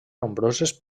nombroses